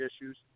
issues